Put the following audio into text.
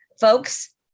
folks